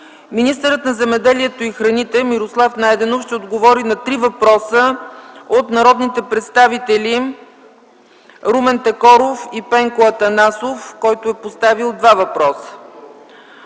Министърът на земеделието и храните Мирослав Найденов ще отговори на три въпроса от народните представители Румен Такоров и Пенко Атанасов, който е поставил два въпроса.